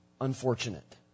unfortunate